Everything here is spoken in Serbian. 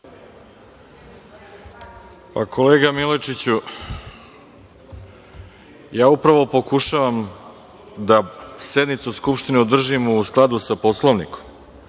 Kolega Milojičiću, ja upravo pokušavam da sednicu Skupštine održim u skladu sa Poslovnikom